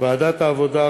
ועדת העבודה,